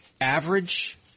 average